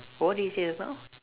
what did you say just now